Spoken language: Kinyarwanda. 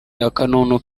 akanunu